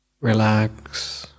relax